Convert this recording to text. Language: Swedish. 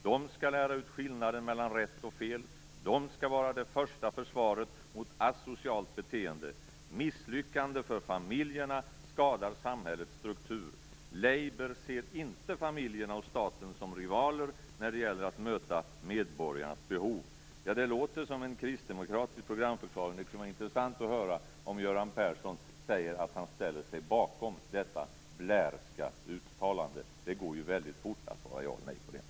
De skall lära ut skillnaden mellan rätt och fel. De skall vara det första försvaret mot asocialt beteende. Misslyckande för familjerna skadar samhällets struktur. Labour ser inte familjerna och staten som rivaler när det gäller att möta medborgarnas behov. Det låter som en kristdemokratisk programförklaring. Det skulle vara intressant att höra om Göran Persson säger sig stå bakom detta blairska uttalande. Det går ju väldigt fort att svara ja eller nej på det.